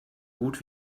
gut